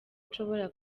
nshobora